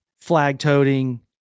flag-toting